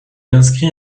inscrit